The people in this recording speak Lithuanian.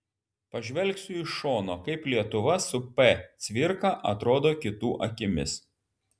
pažvelgsiu iš šono kaip lietuva su p cvirka atrodo kitų akimis